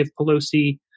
Pelosi